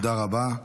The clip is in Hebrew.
תודה רבה.